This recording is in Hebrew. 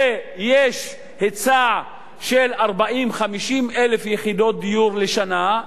שיש היצע של 50,000-40,000 יחידות דיור לשנה,